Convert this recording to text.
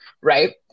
right